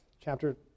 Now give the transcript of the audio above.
chapter